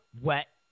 wet